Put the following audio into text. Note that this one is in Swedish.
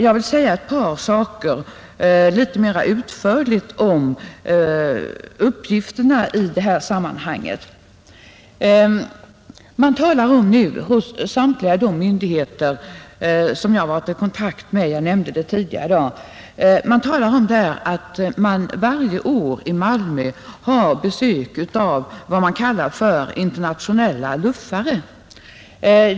Jag vill säga ytterligare ett par saker i det här sammanhanget. Man talar nu hos samtliga de myndigheter jag har varit i kontakt med — jag nämnde dem tidigare i dag — om att Malmö varje år har besök av vad man kallar för internationella luffare.